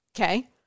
okay